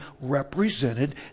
represented